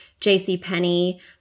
JCPenney